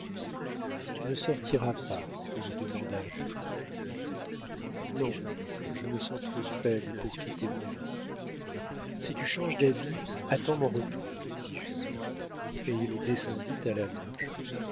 tu ne sortiras pas lui demanda jules non je me sens trop faible pour quitter mon lit si tu changes d'avis attends mon retour dit jules et il descendit à la loge